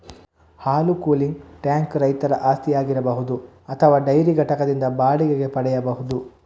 ಹಾಲು cooling tank ರೈತರ ಆಸ್ತಿಯಾಗಿರಬಹುದು ಅಥವಾ ಡೈರಿ ಘಟಕದಿಂದ ಬಾಡಿಗೆಗೆ ಪಡೆಯಬಹುದು